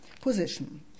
position